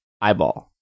Eyeball